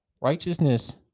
Righteousness